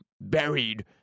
buried